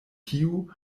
tiu